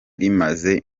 rimaze